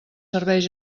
serveis